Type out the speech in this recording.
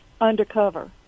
undercover